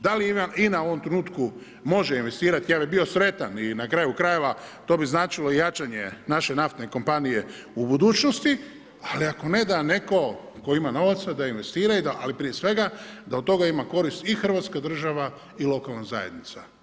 Da li INA u ovom trenutku može investirati, ja bi bio sretan i na kraju krajeva to bi značilo jačanje naše naftne kompanije u budućnosti, ali ako ne da neko ko ima novaca da investira, ali prije svega da od toga ima koristi i Hrvatska država i lokalna zajednica.